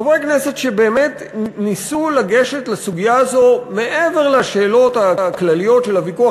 חברי כנסת שבאמת ניסו לגשת לסוגיה הזאת מעבר לשאלות הכלליות של הוויכוח,